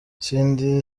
cindy